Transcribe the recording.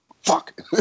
fuck